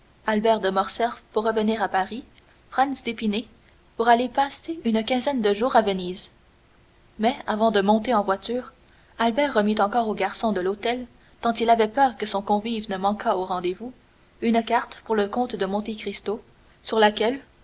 albert de morcerf pour revenir à paris franz d'épinay pour aller passer une quinzaine de jours à venise mais avant de monter en voiture albert remit encore au garçon de l'hôtel tant il avait peur que son convive ne manquât au rendez-vous une carte pour le comte de monte cristo sur laquelle